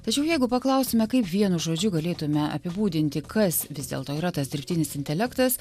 tačiau jeigu paklausime kaip vienu žodžiu galėtume apibūdinti kas vis dėlto yra tas dirbtinis intelektas